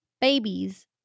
babies